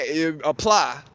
apply